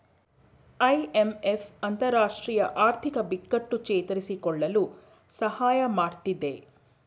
IMF ಅಂತರರಾಷ್ಟ್ರೀಯ ಆರ್ಥಿಕ ಬಿಕ್ಕಟ್ಟು ಚೇತರಿಸಿಕೊಳ್ಳಲು ಸಹಾಯ ಮಾಡತ್ತಿದೆ